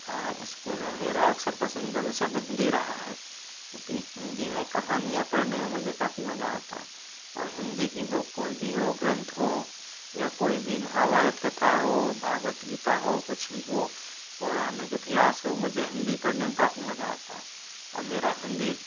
हाँ इस्कूल में मेरा अक्सर पसंदीदा विषय हिन्दी रहा है क्योंकि हिन्दी में कहानियाँ पढ़ने में मुझे काफ़ी मजा आता है और हिन्दी की बुक कोई भी हो ग्रंथ हो या कोई भी महाभारत कथा हो भागवत गीता हो कुछ भी हो पौराणिक इतिहास हो मुझे हिन्दी पढ़ने में काफ़ी मजा आता है मेरा हिन्दी